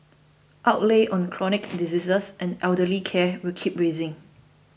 outlays on chronic diseases and elderly care will keep rising